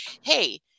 hey